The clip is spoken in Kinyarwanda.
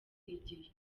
igihe